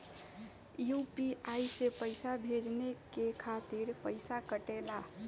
UPI से पइसा भेजने के खातिर पईसा कटेला?